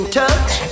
touch